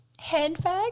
handbag